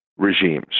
regimes